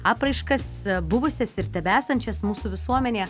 apraiškas buvusias ir tebesančias mūsų visuomenėje